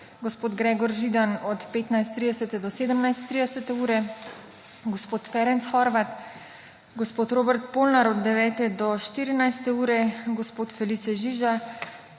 Gregor Židan od 15.30 do 17.30, Ferenc Horváth, Robert Polnar od 9. do 14. ure, Felice Žiža,